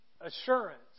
assurance